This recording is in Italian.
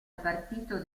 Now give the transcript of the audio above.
partito